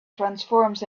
transforms